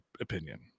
opinion